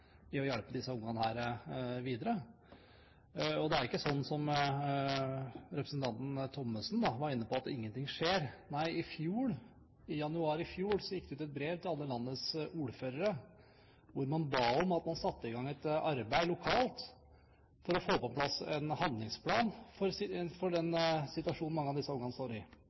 gjelder å hjelpe disse ungene videre. Det er ikke slik som representanten Thommessen var inne på, at ingenting skjer. Nei, i januar i fjor gikk det ut et brev til alle landets ordførere hvor man ba om at man satte i gang et arbeid lokalt for å få på plass en handlingsplan for den situasjonen mange av disse ungene står i.